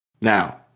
Now